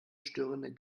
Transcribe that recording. störenden